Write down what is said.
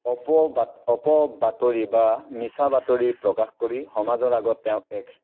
অপ বাত অপ বাতৰি বা মিছা বাতৰি প্ৰকাশ কৰি সমাজৰ আগত তেওঁক এক